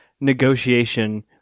negotiation